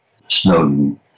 Snowden